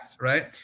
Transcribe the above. right